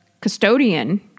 custodian